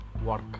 work